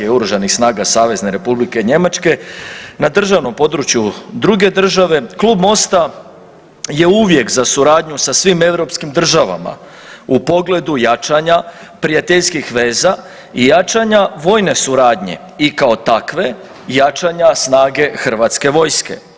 i Oružanih snaga Savezne Republike Njemačke na državnom području druge države klub Mosta je uvijek za suradnju sa svim europskim državama u pogledu jačanja prijateljskih veza i jačanja vojne suradnje i kao takve jačanja snage hrvatske vojske.